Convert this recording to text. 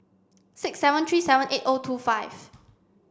six seven three seven eight O two five